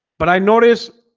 but i noticed